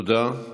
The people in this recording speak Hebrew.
תודה.